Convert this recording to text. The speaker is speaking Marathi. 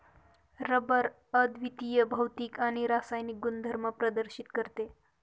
रबर अद्वितीय भौतिक आणि रासायनिक गुणधर्म प्रदर्शित करते